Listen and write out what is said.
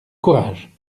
courage